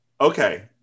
Okay